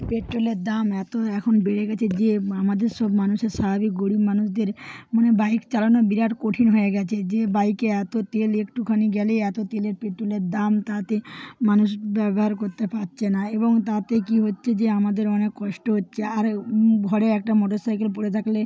পেট্রোলের দাম এত এখন বেড়ে গেছে যে আমাদের সব মানুষের স্বাভাবিক গরিব মানুষদের বাইক চালানো বিরাট কঠিন হয়ে গেছে যে বাইকে এত তেল একটুখানি গেলেই এত তেলের পেট্রোলের দাম তাতে মানুষ ব্যবহার করতে পারছে না এবং তাতে কি হচ্ছে যে আমাদের অনেক কষ্ট হচ্ছে আর ঘরে একটা মোটর সাইকেল পড়ে থাকলে